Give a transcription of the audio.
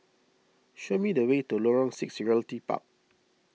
show me the way to Lorong six Realty Park